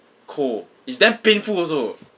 cold is damn painful also